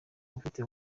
ufite